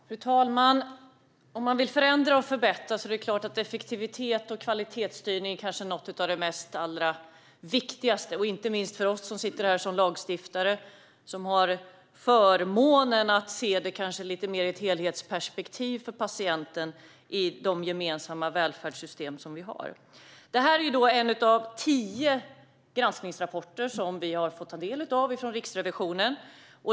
Fru talman! Om man vill förändra och förbättra är effektivitet och kvalitetsstyrning naturligtvis något av det allra viktigaste. Inte minst gäller detta för oss som sitter här som lagstiftare och som har förmånen att se det lite mer i ett helhetsperspektiv för patienten i de gemensamma välfärdssystem som vi har. Detta är en av tio granskningsrapporter som vi har fått ta del av från Riksrevisionen.